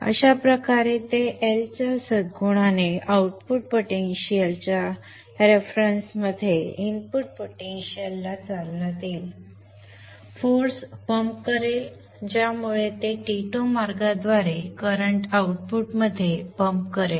अशाप्रकारे ते L च्या सद्गुणाने आउटपुट पोटेंशिअल च्या संदर्भात इनपुट पोटेंशिअल ला चालना देईल फोर्स पंप करेल ज्यामुळे ते T2 मार्गाद्वारे करंट आउटपुटमध्ये पंप करेल